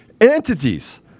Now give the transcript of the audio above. entities